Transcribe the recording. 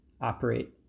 operate